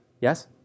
Yes